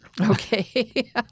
Okay